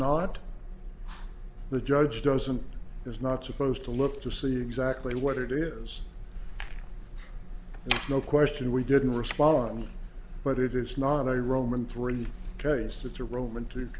not the judge doesn't it's not supposed to look to see exactly what it is no question we didn't respond but it is not a roman three case it's a roman